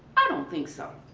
i don't think so.